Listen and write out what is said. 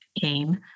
came